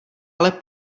ale